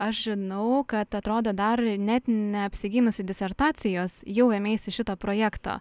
aš žinau kad atrodo dar net neapsigynusi disertacijos jau ėmeisi šito projekto